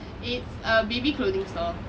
it's a baby clothing store